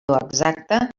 exacta